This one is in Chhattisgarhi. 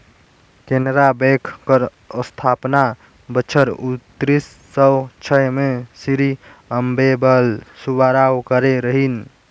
केनरा बेंक कर अस्थापना बछर उन्नीस सव छय में श्री अम्मेम्बल सुब्बाराव करे रहिन